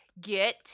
Get